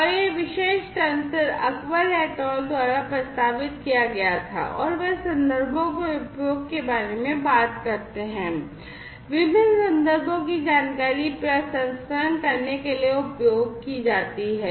और यह विशेष तंत्र Akbar et al द्वारा प्रस्तावित किया गया था और वे संदर्भों के उपयोग के बारे में बात करते हैं विभिन्न संदर्भों की जानकारी प्रसंस्करण करने के लिए उपयोग की जाती है